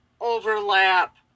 overlap